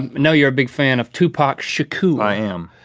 know you're a big fan of tupac shakur. i am.